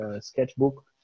sketchbook